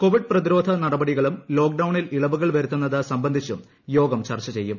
Covid പ്രതിരോധ നടപടികളും ലോക്ഡൌണിൽ ഇളവുകൾ വരുത്തുന്നത് സംബന്ധിച്ചും യോഗം ചർച്ച ചെയ്യും